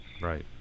Right